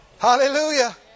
Hallelujah